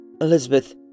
Elizabeth